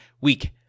week